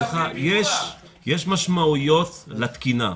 יש משמעויות לתקינה.